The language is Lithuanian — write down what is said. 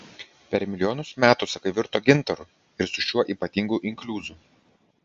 per milijonus metų sakai virto gintaru su šiuo ypatingu inkliuzu